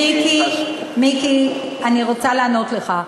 מיקי, מיקי, אני רוצה לענות לך,